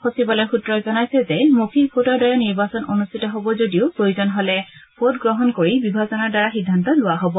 সচিবালয়ৰ সূত্ৰই জনাইছে যে মৌখিক ভোটৰ দ্বাৰা নিৰ্বাচন অনুষ্ঠিত হব যদিও প্ৰয়োজন হলে ভোট গ্ৰহণ কৰি বিভাজনৰ দ্বাৰা সিদ্ধান্ত লোৱা হব